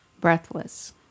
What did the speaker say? breathless